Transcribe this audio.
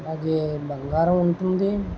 అలాగే బంగారం ఉంటుంది